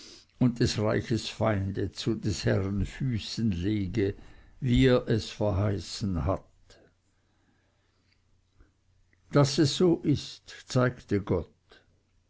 und des reiches feinde zu des herrn füßen lege wie er es verheißen hat daß es so ist zeigte gott